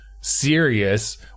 serious